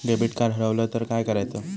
Debit card हरवल तर काय करायच?